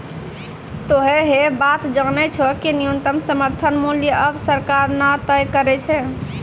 तोहों है बात जानै छौ कि न्यूनतम समर्थन मूल्य आबॅ सरकार न तय करै छै